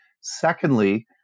Secondly